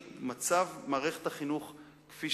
לאחר